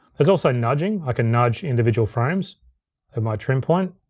there's also nudging, i can nudge individual frames of my trim point.